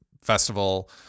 Festival